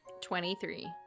Twenty-three